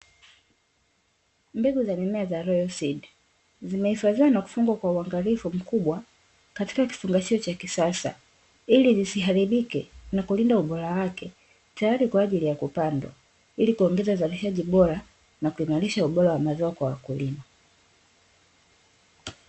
Mbegu za mimea za "royalseed". Zimehifadhiwa kwa uangalifu mkubwa katika kifungashio cha kisasa, ili zisiharibike na kulinda ubora wake tayari kwa ajili ya kupandwa, ili kuongeza uzalishaji bora na kuimarisha ubora wa mazao kwa wakulima.